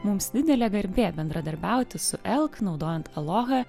mums didelė garbė bendradarbiauti su elk naudojant alohą